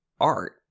art